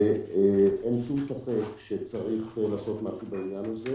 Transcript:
אין שום ספק שצריך לעשות משהו בעניין הזה,